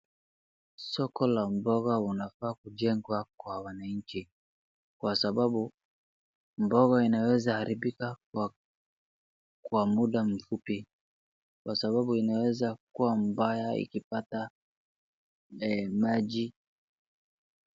Soko la mboga unafaa kujengwa kwa wananchi kwa sababu mboga inaweza haribika kwa muda mfupi kwa sababu inaweza kuwa mbaya ikipata maji.